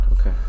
Okay